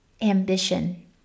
ambition